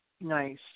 Nice